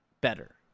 better